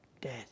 death